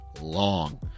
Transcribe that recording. long